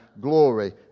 glory